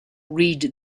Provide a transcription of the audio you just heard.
read